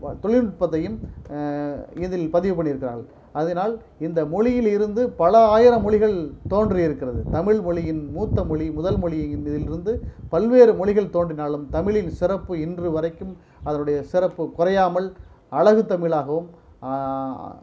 பா தொழில்நுட்பத்தையும் இதில் பதிவு பண்ணிருக்கிறார்கள் அதனால் இந்த மொழியில் இருந்து பல ஆயிரம் மொழிகள் தோன்றியிருக்கிறது தமிழ்மொழியின் மூத்தமொழி முதல்மொழி என்பதிலிருந்து பல்வேறு மொழிகள் தோன்றினாலும் தமிழின் சிறப்பு இன்றுவரைக்கும் அதனுடைய சிறப்பு குறையாமல் அழகுத் தமிழாகவும்